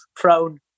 thrown